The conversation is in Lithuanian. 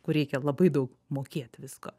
kur reikia labai daug mokėt visko